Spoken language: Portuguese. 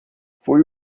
foi